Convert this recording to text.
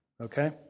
Okay